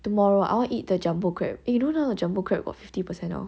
tomorrow I want eat the jumbo crab you know now the jumbo crab got fifty percent off